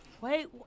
Wait